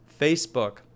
Facebook